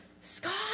Scott